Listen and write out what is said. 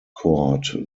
court